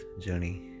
journey